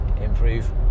improve